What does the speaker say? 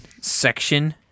section